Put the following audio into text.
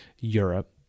Europe